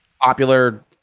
popular